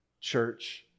church